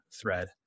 thread